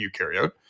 eukaryote